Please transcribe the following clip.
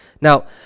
Now